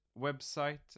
website